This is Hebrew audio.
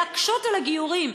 להקשות על הגיורים.